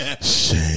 Shame